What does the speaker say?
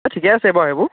ঠিকে আছে বাৰু এইবোৰ